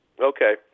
Okay